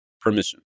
permission